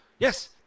Yes